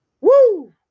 Woo